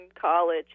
college